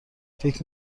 فکر